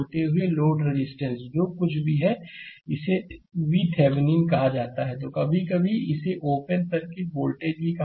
load resistance जो कुछ भी है और इसे vThevenin कहा जाता है कभी कभी इसे ओपन सर्किट वोल्टेज भी कहा जाता है